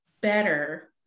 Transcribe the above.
better